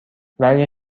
ولی